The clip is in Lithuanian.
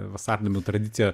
vasarnamių tradicija